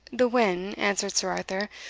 the when, answered sir arthur,